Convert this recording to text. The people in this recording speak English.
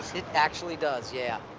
it actually does, yeah.